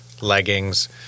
leggings